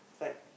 but